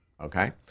Okay